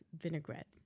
vinaigrette